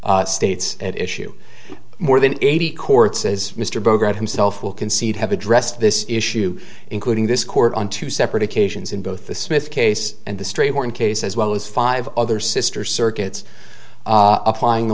states at issue more than eighty courts as mr berger himself will concede have addressed this issue including this court on two separate occasions in both the smith case and the strayhorn case as well as five other sister circuits applying the